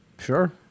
Sure